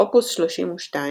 אופוס 32,